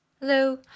Hello